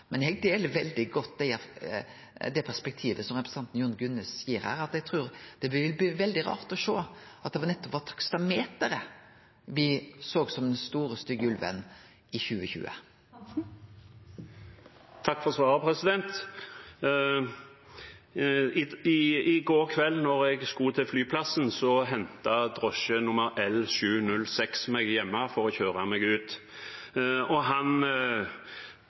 Men eg deler veldig godt det perspektivet som representanten Jon Gunnes gir, at eg trur det vil bli veldig rart å sjå at det nettopp var taksameteret me såg som den store stygge ulven i 2020. Takk for svaret. I går kveld da jeg skulle til flyplassen, hentet drosje nummer L 706 meg hjemme for å kjøre meg. Han sukket oppgitt og